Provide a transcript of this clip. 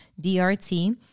D-R-T